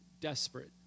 desperate